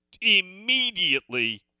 Immediately